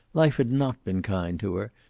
life had not been kind to her,